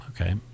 Okay